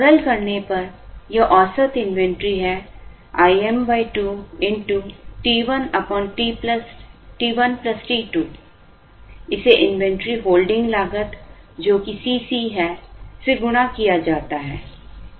सरल करने पर यह औसत इन्वेंट्री है Im2 t1t1 t2 इसे इन्वेंट्री होल्डिंग लागत जो कि Cc है से गुणा किया जाता है